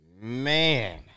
Man